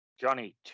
Johnny